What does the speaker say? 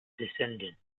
descendants